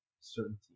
certainty